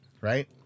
right